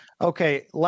Okay